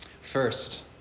First